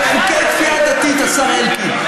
זה חוקי כפייה דתית, השר אלקין.